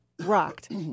rocked